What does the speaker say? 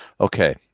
Okay